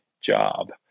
job